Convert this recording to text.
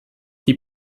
die